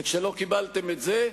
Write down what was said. וכשלא קיבלתם את זה,